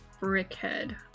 Brickhead